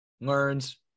Learns